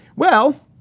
well,